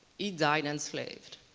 he died enslaved.